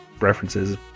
references